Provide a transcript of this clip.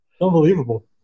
Unbelievable